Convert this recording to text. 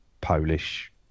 Polish